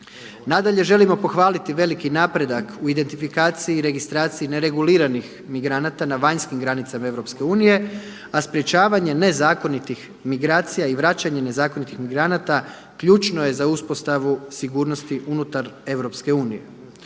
Nadalje želimo pohvaliti veliki napredak u identifikaciji i registraciji nereguliranih migranata na vanjskim granicama EU a sprječavanje nezakonitih migracija i vraćanje nezakonitih migranata ključno je za uspostavu sigurnosti EU.